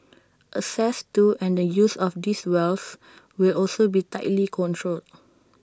access to and the use of these wells will also be tightly controlled